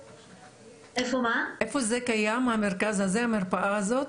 איפה זה קיים המרכז הזה, המרפאה הזאת?